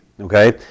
Okay